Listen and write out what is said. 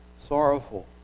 sorrowful